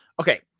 okay